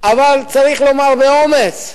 אבל צריך לומר באומץ: